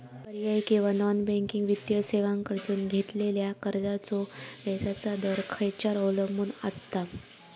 पर्यायी किंवा non banking वित्तीय सेवांकडसून घेतलेल्या कर्जाचो व्याजाचा दर खेच्यार अवलंबून आसता?